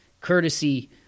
Courtesy